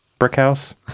Brickhouse